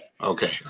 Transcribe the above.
Okay